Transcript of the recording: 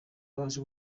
baje